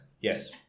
yes